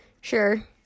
Sure